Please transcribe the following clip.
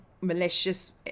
malicious